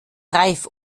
reif